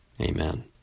Amen